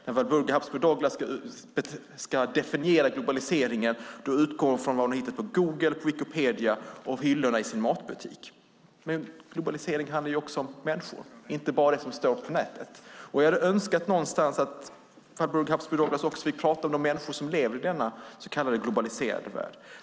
När hon definierar globaliseringen utgår hon från vad hon hittar på Google, Wikipedia och hyllorna i sin matbutik. Men globalisering handlar också om människor. Jag hade önskat att Walburga Habsburg Douglas också hade talat om de människor som lever i denna så kallade globaliserade värld.